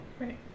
Right